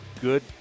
good